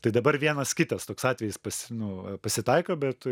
tai dabar vienas kitas toks atvejis pasi nu pasitaiko bet